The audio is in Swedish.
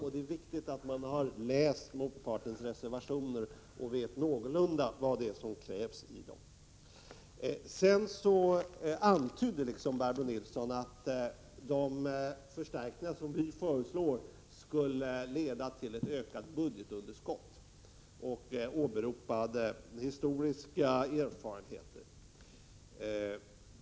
Det är därför värdefullt om man har läst motpartens reservationer, så att man någorlunda vet vad som krävs i dem. Barbro Nilsson antydde att de förstärkningar som vi föreslår skulle leda till ett ökat budgetunderskott. I samband därmed åberopade hon historiska erfarenheter.